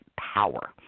power